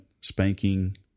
spanking